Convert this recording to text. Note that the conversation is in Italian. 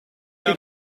che